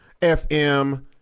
FM